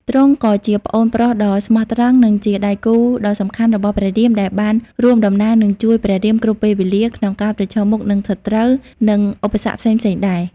ទ្រង់ក៏ជាប្អូនប្រុសដ៏ស្មោះត្រង់ និងជាដៃគូដ៏សំខាន់របស់ព្រះរាម ដែលបានរួមដំណើរ និងជួយព្រះរាមគ្រប់ពេលវេលា ក្នុងការប្រឈមមុខនឹងសត្រូវ និងឧបសគ្គផ្សេងៗដែរ។